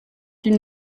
une